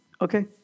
Okay